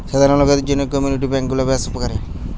সাধারণ লোকদের জন্য কমিউনিটি বেঙ্ক গুলা বেশ উপকারী